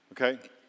Okay